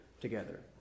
together